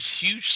huge